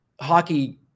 hockey